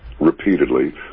repeatedly